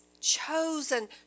chosen